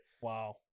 wow